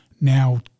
Now